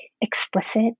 explicit